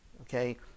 okay